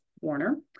Warner